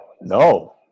no